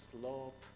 slope